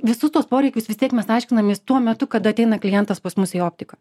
visus tuos poreikius vis tiek mes aiškinamės tuo metu kada ateina klientas pas mus į optiką